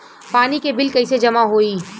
पानी के बिल कैसे जमा होयी?